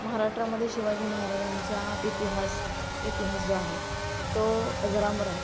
महाराष्ट्रामध्ये शिवाजी महाराजांचा इतिहास इतिहास जो आहे तो अजरामर आहे